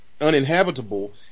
uninhabitable